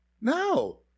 No